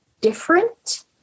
different